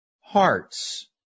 hearts